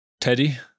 Teddy